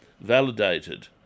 validated